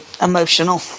emotional